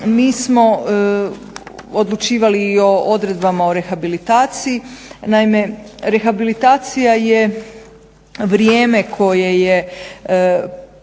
Mi smo odlučivali i o odredbama o rehabilitaciji, naime rehabilitacija je vrijeme koje je potrebno